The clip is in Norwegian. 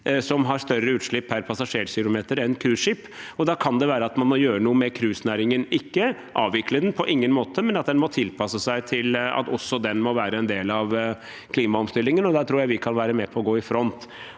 som har større utslipp per passasjerkilometer enn cruiseskip. Da kan det være at man må gjøre noe med cruisenæringen, ikke avvikle den – på ingen måte – men at den må tilpasse seg til at også den må være en del av klimaomstillingen. Og da tror jeg vi kan være med på å gå i front.